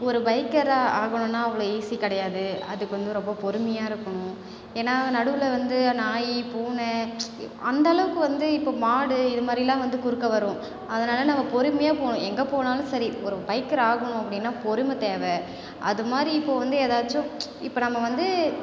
ஒரு பைக்கராக ஆகணும்னால் அவ்வளோ ஈஸி கிடயாது அதுக்கு வந்து ரொம்ப பொறுமையாக இருக்கணும் ஏன்னால் நடுவில் வந்து நாய் பூனை அந்த அளவுக்கு வந்து இப்போ மாடு இது மாதிரிலாம் வந்து குறுக்கே வரும் அதனால நம்ம பொறுமையாக போகணும் எங்கே போனாலும் சரி ஒரு பைக்கர் ஆகணும் அப்படின்னா பொறுமை தேவை அது மாதிரி இப்போ வந்து எதாச்சும் இப்போ நம்ம வந்து